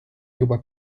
juba